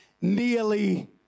nearly